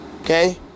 okay